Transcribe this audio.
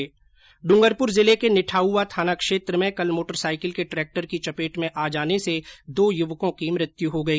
वहीं ड्रंगरपुर जिले के निठाउवा थाना क्षेत्र में कल मोटरसाइकिल के ट्रैक्टर की चपेट में आ जाने से दो युवकों की मौत हो गई